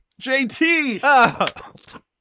JT